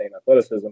athleticism